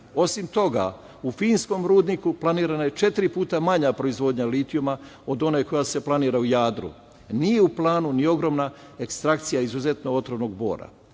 toga, u finskom rudniku planirana je četiri puta manja proizvodnja litijuma od one koja se planira u „Jadru“. Nije u planu ni ogromna ekstrakcija izuzetno otrovnog bora. Da